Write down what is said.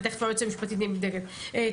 תיכף היועצת המשפטית תתייחס.